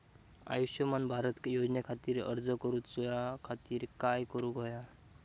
आयुष्यमान भारत योजने खातिर अर्ज करूच्या खातिर काय करुक होया?